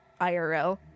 IRL